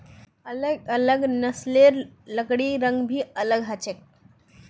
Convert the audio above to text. अलग अलग नस्लेर लकड़िर रंग भी अलग ह छे